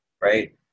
Right